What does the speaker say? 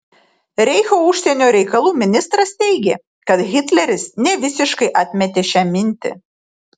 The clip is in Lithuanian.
reicho užsienio reikalų ministras teigė kad hitleris nevisiškai atmetė šią mintį